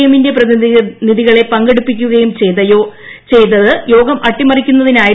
എമ്മിന്റെ പ്രതിനികളെ് പങ്കെടുപ്പിക്കുകുയം ചെയ്തത് യോഗം അട്ടിമറിക്കുന്നതിനായിരുന്നു